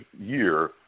year